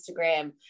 instagram